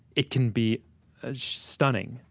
it can be ah stunning.